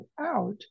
out